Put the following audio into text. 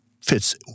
fits